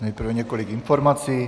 Nejprve několik informací.